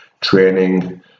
training